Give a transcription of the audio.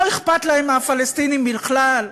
לא אכפת להם מהפלסטינים בכלל,